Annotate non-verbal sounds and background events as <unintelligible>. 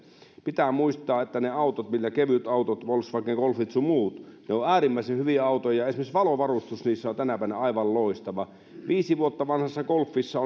pitää muistaa että ne autot kevytautot volkswagen golfit sun muut ne ovat äärimmäisen hyviä autoja esimerkiksi valovarustus niissä on tänäpänä aivan loistava viisi vuotta vanhassa golfissa <unintelligible>